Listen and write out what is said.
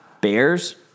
Bears